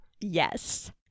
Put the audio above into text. yes